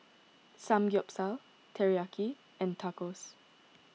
Samgyeopsal Teriyaki and Tacos